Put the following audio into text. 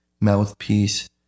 mouthpiece